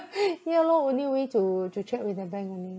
ya lor only way to to check with the bank only